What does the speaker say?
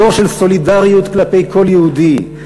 דור של סולידריות כלפי כל יהודי,